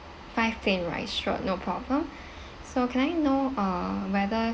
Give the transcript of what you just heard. five plain rice sure no problem so can I know uh whether